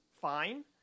fine